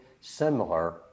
similar